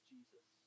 Jesus